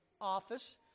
office